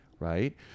Right